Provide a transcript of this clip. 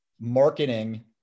marketing